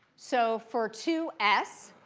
so for two s,